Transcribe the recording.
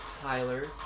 Tyler